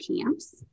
camps